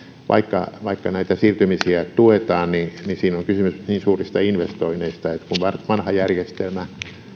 vaikka vaikka näitä siirtymisiä tuetaan niin siinä on kysymys niin suurista investoinneista että kun vanha järjestelmä